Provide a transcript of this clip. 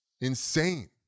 insane